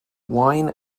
wine